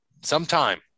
Sometime